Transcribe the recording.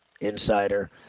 insider